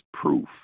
proof